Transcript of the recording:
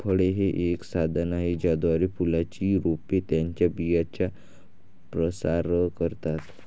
फळे हे एक साधन आहे ज्याद्वारे फुलांची रोपे त्यांच्या बियांचा प्रसार करतात